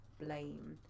blame